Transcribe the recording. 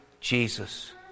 Jesus